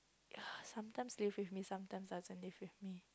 sometimes they live with me sometimes doesn't leave with me